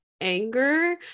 anger